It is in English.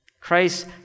Christ